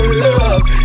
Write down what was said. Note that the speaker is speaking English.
love